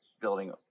building